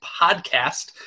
podcast